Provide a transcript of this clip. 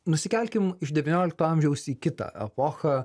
nusikelkim iš devyniolikto amžiaus į kitą epochą